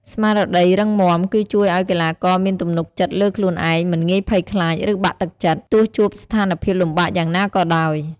ស្មារតីរឹងមាំគឺជួយឲ្យកីឡាករមានទំនុកចិត្តលើខ្លួនឯង មិនងាយភ័យខ្លាច ឬបាក់ទឹកចិត្ត ទោះជួបស្ថានភាពលំបាកយ៉ាងណាក៏ដោយ។